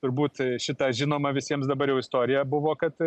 turbūt šita žinoma visiems dabar jau istorija buvo kad